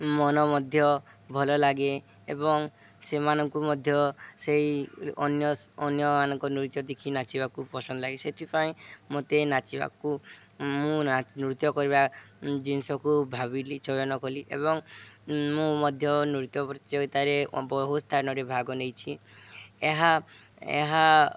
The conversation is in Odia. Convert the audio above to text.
ମନ ମଧ୍ୟ ଭଲ ଲାଗେ ଏବଂ ସେମାନଙ୍କୁ ମଧ୍ୟ ସେଇ ଅନ୍ୟ ଅନ୍ୟମାନଙ୍କ ନୃତ୍ୟ ଦେଖି ନାଚିବାକୁ ପସନ୍ଦ ଲାଗେ ସେଥିପାଇଁ ମୋତେ ନାଚିବାକୁ ମୁଁ ନୃତ୍ୟ କରିବା ଜିନିଷକୁ ଭାବିଲି ଚୟନ କଲି ଏବଂ ମୁଁ ମଧ୍ୟ ନୃତ୍ୟ ପ୍ରତିଯୋଗିତାରେ ବହୁ ସ୍ଥାନରେ ଭାଗ ନେଇଛି ଏହା ଏହା